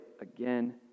again